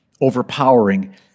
overpowering